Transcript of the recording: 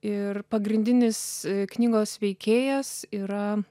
ir pagrindinis knygos veikėjas yra